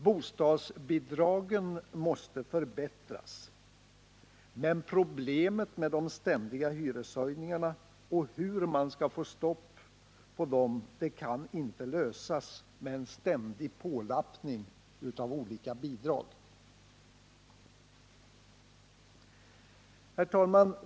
Bostadsbidragen måste förbättras, men problemet med de ständiga hyreshöjningarna och hur man skall få stopp på dem kan inte lösas med en ständig pålappning av olika bidrag. Herr talman!